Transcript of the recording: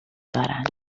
دارند